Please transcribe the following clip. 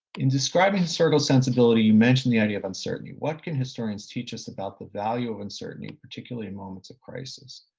in describing historical sensibility, you mentioned the idea of uncertainty. what can historians teach us about the value of uncertainty, particularly in moments of crisis?